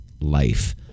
life